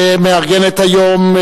מארגנת היום,